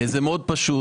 זה מאוד פשוט.